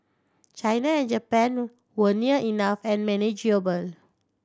China and Japan were near enough and manageable